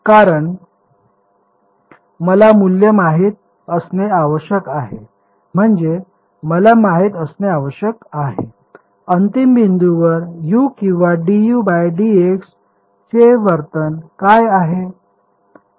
कारण मला मूल्य माहित असणे आवश्यक आहे म्हणजे मला माहित असणे आवश्यक आहे अंतिम बिंदूवर U किंवा dU dx चे वर्तन काय आहे